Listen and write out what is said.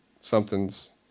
something's